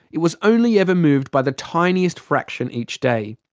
it was only ever moved by the tiniest fraction each day.